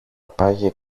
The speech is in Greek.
πάγει